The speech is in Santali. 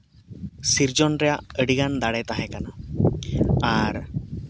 ᱥᱤᱨᱡᱚᱱ ᱨᱮᱭᱟᱜ ᱟᱹᱰᱤᱜᱟᱱ ᱫᱟᱲᱮ ᱛᱟᱦᱮᱸ ᱠᱟᱱᱟ ᱟᱨ